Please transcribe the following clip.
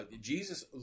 Jesus